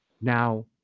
Now